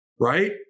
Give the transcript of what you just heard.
right